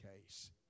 case